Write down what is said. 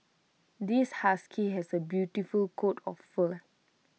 this husky has A beautiful coat of fur